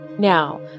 Now